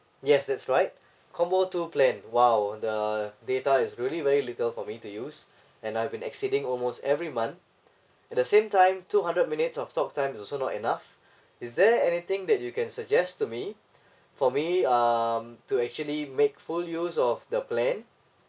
yes that's right combo two plan !wow! the data is really very little for me to use and I've been exceeding almost every month at the same time two hundred minutes of talk time is also not enough is there anything that you can suggest to me for me um to actually make full use of the plan